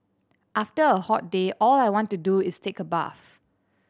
after a hot day all I want to do is take a bath